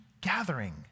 gathering